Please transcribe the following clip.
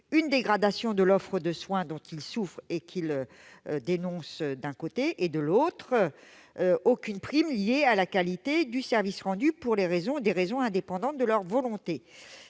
une dégradation de l'offre de soins dont ils souffrent et qu'ils dénoncent, d'un côté, et, de l'autre, ne percevront aucune prime liée à la qualité du service rendu, pour des raisons indépendantes de leur volonté.